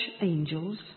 angels